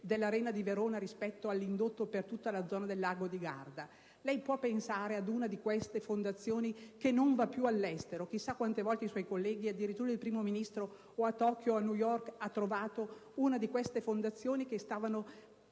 dell'Arena di Verona rispetto all'indotto per tutta la zona del lago di Garda, o la circostanza che una di queste fondazioni non vada più all'estero. Chissà quante volte i suoi colleghi, addirittura il Primo ministro, a Tokio o a New York, hanno trovato una di queste fondazioni che stavano